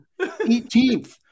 18th